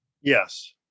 Yes